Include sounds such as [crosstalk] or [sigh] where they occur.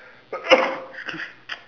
[noise] excuse